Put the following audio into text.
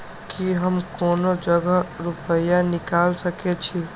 की हम कोनो जगह रूपया निकाल सके छी?